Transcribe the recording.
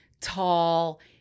Tall